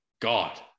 god